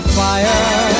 fire